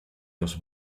los